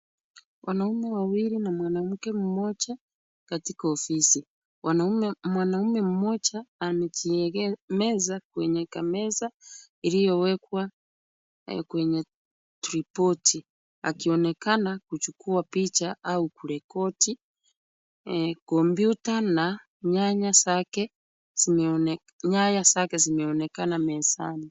Wanaume wawili na mwanamke mmoja katika ofisi. Mwanamume mmoja amejiegemeza kwenye kameza iliyowekwa kwenye tripoti akionekana kuchukua picha au kurekodi. Kompyuta na nyaya zake zimeonekana mezani.